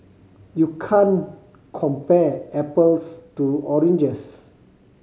you can't compare apples to oranges